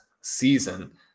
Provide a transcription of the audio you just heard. season